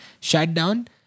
Shutdown